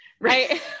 right